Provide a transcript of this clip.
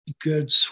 good